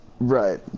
right